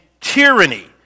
tyranny